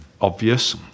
obvious